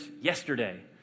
yesterday